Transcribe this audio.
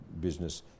business